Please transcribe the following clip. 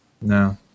No